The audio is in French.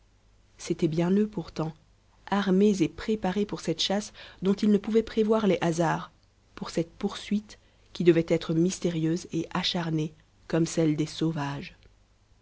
c'étaient bien eux pourtant armés et préparés pour cette chasse dont ils ne pouvaient prévoir les hasards pour cette poursuite qui devait être mystérieuse et acharnée comme celle des sauvages